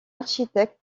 architecte